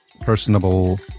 personable